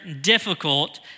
difficult